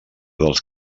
dels